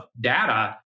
data